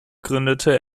gründete